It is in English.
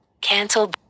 Cancel